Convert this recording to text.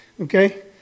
okay